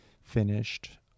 finished